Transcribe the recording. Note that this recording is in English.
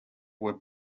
were